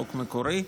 חוק מקורי,